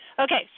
Okay